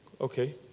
okay